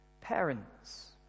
Parents